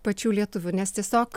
pačių lietuvių nes tiesiog